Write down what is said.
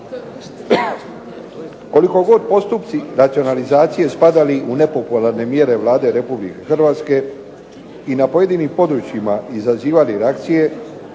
Koliko god postupci racionalizacije spadali u nepopularne mjere Vlade Republike Hrvatske, i na pojedinim područjima izazivali reakcije,